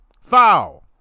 Foul